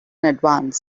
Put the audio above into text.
advance